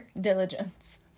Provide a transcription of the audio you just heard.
diligence